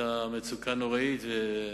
היתה מצוקה נוראית.